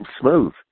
smooth